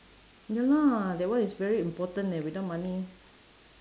ya lah that one is very important leh without money